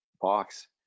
box